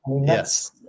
Yes